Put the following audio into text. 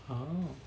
oh